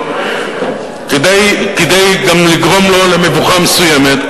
כדי גם לגרום לו למבוכה מסוימת,